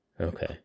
okay